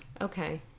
Okay